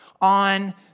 on